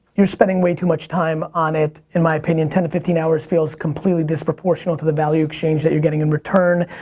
you're spending way too much time on it in my opinion. ten to fifteen hours feels completely disproportional to the value exchange that you're getting in return.